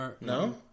No